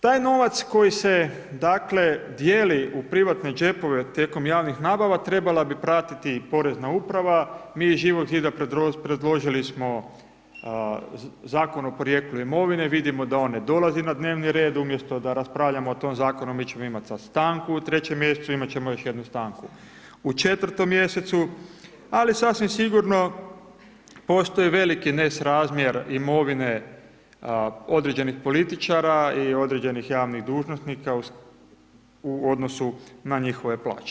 Taj novac koji se dakle, dijeli u privatne džepove tijekom javnih nabava, trebala bi pratiti Porezna uprav, mi iz Živog zida, preložili smo Zakon o porijeklu imovinu, vidimo da on ne dolazi na dnevni red, umjesto da raspravljamo o tom zakonu, mi ćemo imati sada stanku u 3 mj. imati ćemo još jednu stanku u 4 mj. ali sasvim sigurno postoji veliki nesrazmjer imovine određenih političara i određenih javnih dužnosnika u odnosu na njihove plaće.